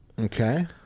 Okay